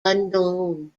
unknown